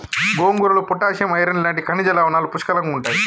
గోంగూరలో potassium, iron లాంటి ఖనిజ లవణాలు పుష్కలంగుంటాయి